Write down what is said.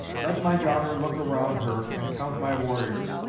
let my daughter look around her and count my warriors.